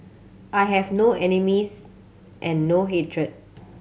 I have no enemies and no hatred